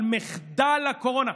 על מחדל הקורונה.